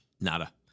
Nada